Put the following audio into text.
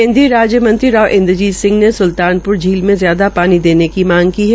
केन्द्रीय राज्य मंत्री राव इन्द्रजीत सिंह ने स्लतान प्र झील में ज्यादा पानी देने की मांग की है